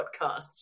podcasts